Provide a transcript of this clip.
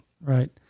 right